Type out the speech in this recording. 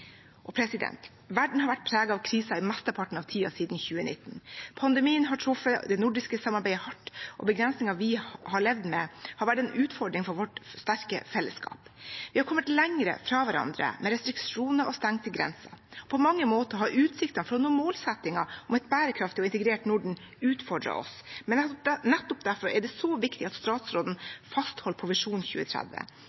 Verden har vært preget av kriser i mesteparten av tiden siden 2019. Pandemien har truffet det nordiske samarbeidet hardt, og begrensningene vi har levd med, har vært en utfordring for vårt sterke fellesskap. Vi er kommet lenger fra hverandre, med restriksjoner og stengte grenser. På mange måter har utsiktene til å nå målsettingen om et bærekraftig og integrert Norden utfordret oss, men nettopp derfor er det så viktig at statsråden